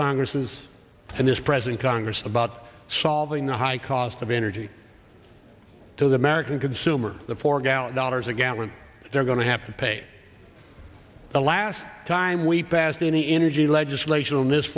congress is and this president congress about solving the high cost of energy to the american consumer the four gallon dollars a gallon they're going to have to pay the last time we passed any energy legislation on this